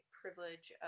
privilege